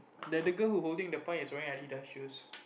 that the girl who holding the pie is wearing Adidas shoe